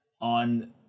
on